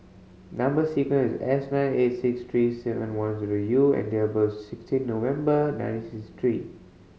number sequence S nine eight six three seven one zero U and date of birth is sixteen November nineteen sixty three